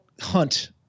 hunt